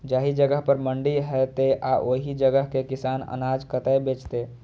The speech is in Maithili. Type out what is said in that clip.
जाहि जगह पर मंडी हैते आ ओहि जगह के किसान अनाज कतय बेचते?